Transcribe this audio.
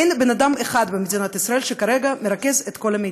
אין בן אדם אחד במדינת ישראל שכרגע מרכז את כל המידע.